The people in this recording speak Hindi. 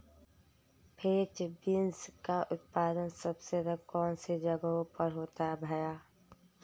फ्रेंच बीन्स का उत्पादन सबसे ज़्यादा कौन से जगहों पर होता है भैया?